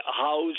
House